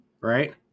Right